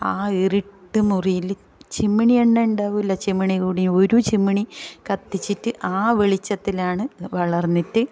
ആ ഇരുട്ട് മുറിയിൽ ചിമ്മിണി തന്നെ ഉണ്ടാവില്ല ചിമ്മിണി കൂടി ഒരു ചിമ്മിണി കത്തിച്ചിട്ട് ആ വെളിച്ചത്തിലാണ് വളർന്നിട്ട്